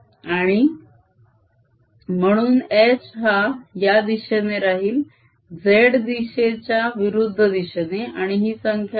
आणि म्हणून H हा या दिशेने राहील z दिशेच्या विरुद्ध दिशेने आणि ही संख्या काय